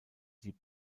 sie